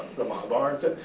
the mahabharata,